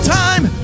time